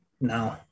No